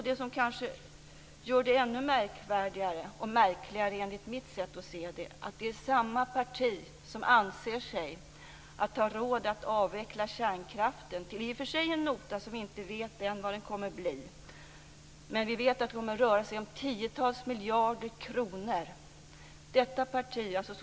Det som kanske gör det ännu märkligare, enligt mitt sätt att se, är att det är samma parti som anser sig ha råd att avveckla kärnkraften, till en nota som vi inte vet vad den kommer att bli men som vi vet kommer att röra sig om tiotals miljarder kronor. Detta parti, dvs.